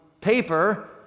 paper